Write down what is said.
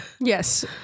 yes